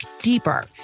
deeper